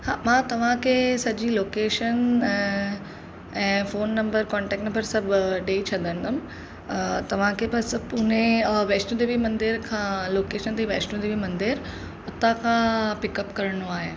हा मां तव्हांखे सॼी लोकेशन ऐं फोन नंबर कॉन्टेक्ट नंबर सभु ॾेई छॾिंदमि तव्हांखे बसि पुने वैष्णो देवी मंदर खां लोकेशन ताईं वैष्णो देवी मंदरु हुतां खां पिकअप करिणो आहे